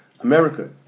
America